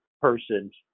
persons